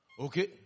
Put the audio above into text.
Okay